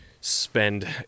spend